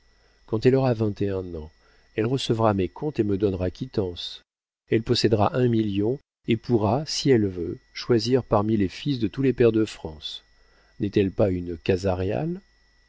quand elle aura vingt et un ans elle recevra mes comptes et me donnera quittance elle possédera un million et pourra si elle veut choisir parmi les fils de tous les pairs de france n'est-elle pas une casa réal